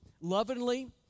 lovingly